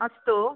अस्तु